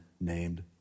named